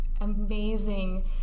amazing